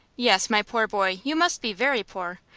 yes, my poor boy, you must be very poor,